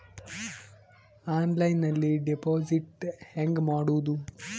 ಆನ್ಲೈನ್ನಲ್ಲಿ ಡೆಪಾಜಿಟ್ ಹೆಂಗ್ ಮಾಡುದು?